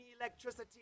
electricity